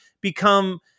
become